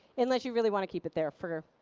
unless you really want to keep it there for,